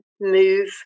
move